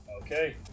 Okay